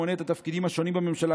המונה את התפקידים השונים בממשלה,